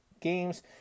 games